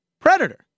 Predator